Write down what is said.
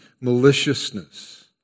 maliciousness